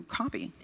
copy